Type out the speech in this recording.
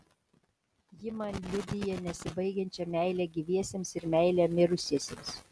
ji man liudija nesibaigiančią meilę gyviesiems ir meilę mirusiesiems